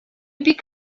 бик